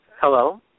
Hello